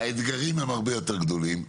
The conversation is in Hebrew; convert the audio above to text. האתגרים הם הרבה יותר גדולים,